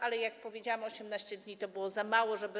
Ale jak powiedziałam, 18 dni to było za mało, żeby.